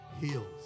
heals